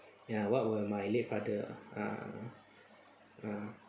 ya what will my late father ah ah ah